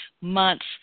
months